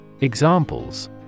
Examples